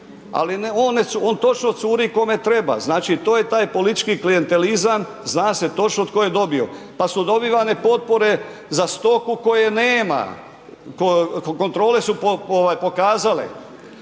ali točno curi kome treba, znači to je taj politički klijentelizam, zna se točno tko je dobio pa su dobivane potpore za stoku koje nema, kontrole su pokazale.